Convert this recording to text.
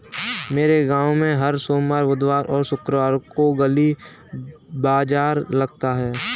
मेरे गांव में हर सोमवार बुधवार और शुक्रवार को गली बाजार लगता है